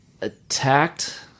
attacked